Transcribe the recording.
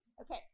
Okay